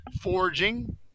forging